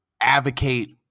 advocate